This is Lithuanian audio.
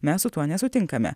mes su tuo nesutinkame